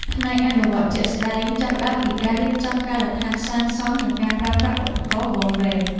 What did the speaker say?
ផ្នែកអនុវត្តជាក់ស្តែងចាប់ផ្តើមពីការរៀបចំការដ្ឋានសាងសង់និងការប្រើប្រាស់ឧបករណ៍វាស់វែង។